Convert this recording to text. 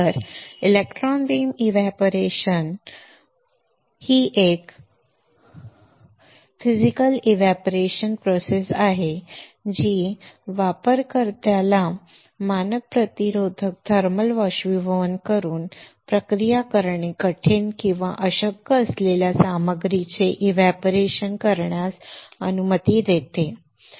तर electron beam evaporation ही एक फिजिकल एव्हपोरेशन प्रक्रिया आहे जी वापरकर्त्याला मानक प्रतिरोधक थर्मल एव्हपोरेशन वापरून प्रक्रिया करणे कठीण किंवा अशक्य असलेल्या सामग्रीचे एव्हपोरेशन करण्यास अनुमती देते बरोबर